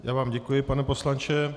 Já vám děkuji, pane poslanče.